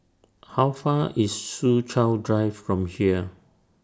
How Far IS Soo Chow Drive from here